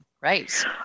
Right